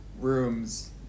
rooms